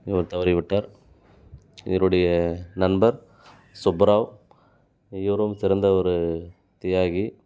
இவர் தவறிவிட்டார் இவருடைய நண்பர் சுப்புராவ் இவரும் சிறந்த ஒரு தியாகி